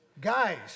Guys